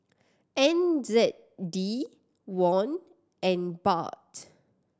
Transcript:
N Z D Won and Baht